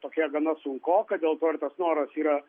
tokia gana sunkoka dėl to ir tas noras yra